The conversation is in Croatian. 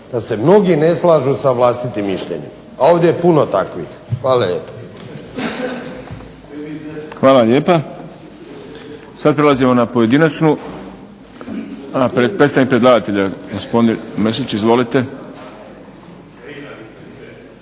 da se mnogi ne slažu sa vlastitim mišljenjem, a ovdje je puno takvih. Hvala lijepo. **Šprem, Boris (SDP)** Hvala lijepa. Sad prelazimo na pojedinačnu. Predstavnik predlagatelja, gospodin Mršić, izvolite.